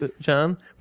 John